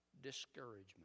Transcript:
discouragement